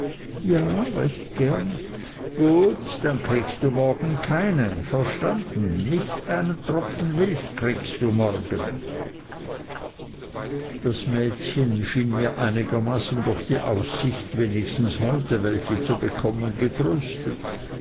ja recht gern gut dann kriegst du morgen keine verstanden nicht einen tropfen milch kriegst du morgen das mädchen schien mir einigermaßen durch die aussicht wenigstens heute welche zu bekommen getröstet